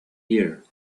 year